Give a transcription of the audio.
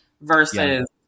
versus